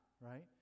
right